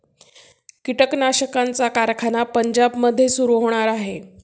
कीटकनाशकांचा कारखाना पंजाबमध्ये सुरू होणार आहे